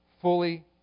fully